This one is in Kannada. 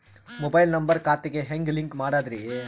ಮೊಬೈಲ್ ನಂಬರ್ ಖಾತೆ ಗೆ ಹೆಂಗ್ ಲಿಂಕ್ ಮಾಡದ್ರಿ?